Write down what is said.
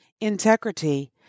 integrity